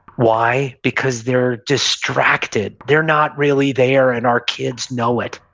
why? because they're distracted. they're not really there, and our kids know it.